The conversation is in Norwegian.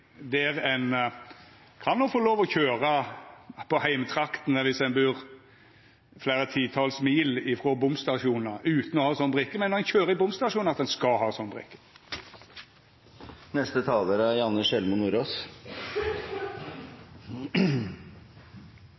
der ein kan få lov til å køyra på heimtraktene utan å ha ei sånn brikke, viss ein bur fleire titals mil frå bomstasjonar, men at ein, når ein køyrer gjennom bomstasjonar, skal ha